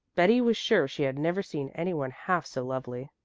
betty was sure she had never seen any one half so lovely.